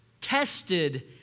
tested